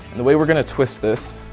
the way we're going to twist this.